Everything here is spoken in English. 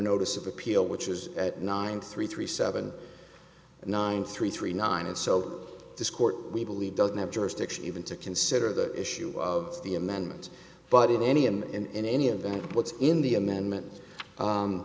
notice of appeal which is at nine three three seven nine three three nine and so this court we believe doesn't have jurisdiction even to consider the issue of the amendment but in any i'm in any event what's in the amendment